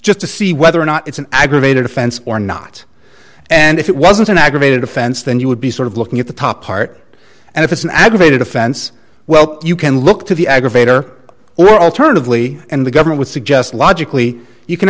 just to see whether or not it's an aggravated offense or not and if it wasn't an aggravated offense then you would be sort of looking at the top part and if it's an aggravated offense well you can look to the aggravator or alternatively and the governor would suggest logically you can